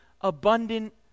abundant